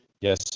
Yes